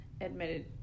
admitted